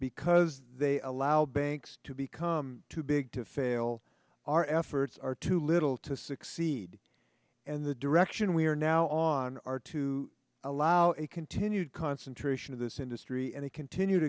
because they allow banks to become too big to fail our efforts are too little to succeed and the direction we are now on are to allow a continued concentration of this industry and the continued